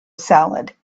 salad